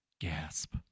Gasp